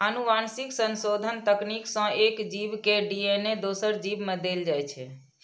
आनुवंशिक संशोधन तकनीक सं एक जीव के डी.एन.ए दोसर जीव मे देल जाइ छै